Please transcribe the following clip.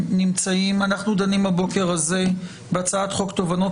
אנחנו דנים הבוקר הזה בהצעת חוק תובענות